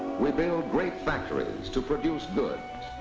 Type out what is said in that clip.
we build great factories to produce goods.